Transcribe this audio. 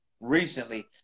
recently